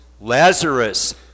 Lazarus